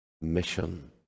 mission